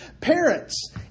Parents